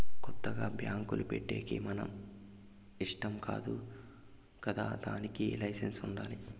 కొత్తగా బ్యాంకులు పెట్టేకి మన ఇష్టం కాదు కదా దానికి లైసెన్స్ ఉండాలి